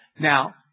Now